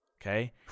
Okay